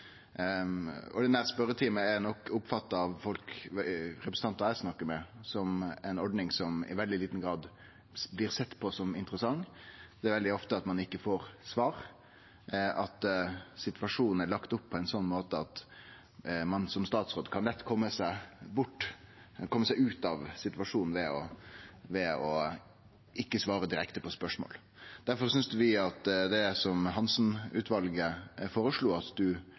representantar eg snakkar med, som ei ordning som i veldig liten grad blir sett på som interessant. Det er veldig ofte ein ikkje får svar, og det er lagt opp på ein sånn måte at ein som statsråd lett kan kome seg ut av situasjonen ved å ikkje svare direkte på spørsmål. Difor synest vi om det Hansen-utvalet føreslo, at ein får ei spørjeform som